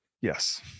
Yes